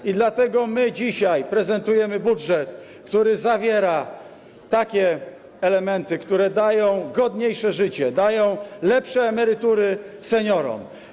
I dlatego my dzisiaj prezentujemy budżet, który zawiera takie elementy, które zapewniają godniejsze życie, zapewniają lepsze emerytury seniorom.